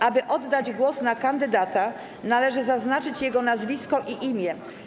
Aby oddać głos na kandydata, należy zaznaczyć jego nazwisko i imię.